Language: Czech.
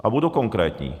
A budu konkrétní.